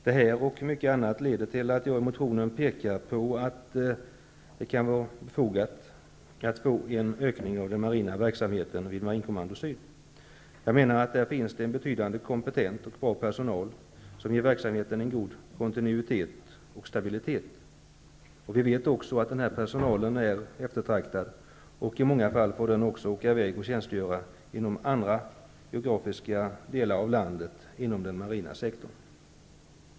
Detta och mycket annat har lett till att jag i motionen pekar på att det kan vara befogat med en ökning av den marina verksamheten vid Marinkommando Syd. Där finns det en betydande kompetent och bra personal som ger verksamheten en god kontinuitet och stabilitet. Vi vet också att den här personalen är eftertraktad. I många fall får den också tjänstgöra inom andra delar av landet inom den marina sektorn.